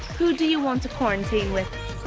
who do you want to quarantine with?